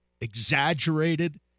exaggerated